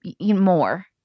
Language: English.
more